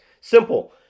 Simple